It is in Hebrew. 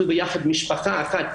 אנחנו ביחד משפחה אחת.